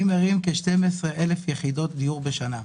אני מרים כ-12,000 יחידות דיור בשנה,